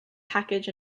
package